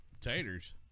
Taters